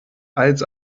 als